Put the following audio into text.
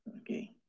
okay